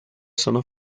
sono